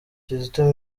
kizito